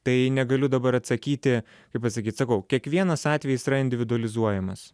tai negaliu dabar atsakyti kaip pasakyt sakau kiekvienas atvejis yra individualizuojamas